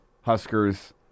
Huskers